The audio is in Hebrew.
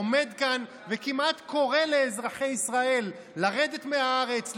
עומד כאן וכמעט קורא לאזרחי ישראל לרדת מהארץ,